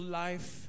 life